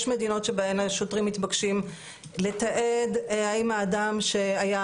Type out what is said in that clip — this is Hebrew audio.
יש מדינות שבהן השוטרים מתבקשים לתעד האם האדם שהיה